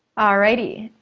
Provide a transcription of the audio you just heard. alrighty,